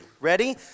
ready